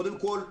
קודם כול,